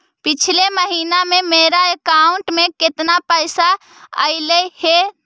पिछले महिना में मेरा अकाउंट में केतना पैसा अइलेय हे?